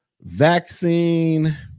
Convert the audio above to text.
vaccine